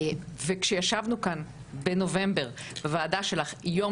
וכשישבנו כאן בנובמבר בוועדה שלך יום